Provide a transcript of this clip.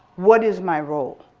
what is my role?